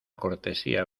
cortesía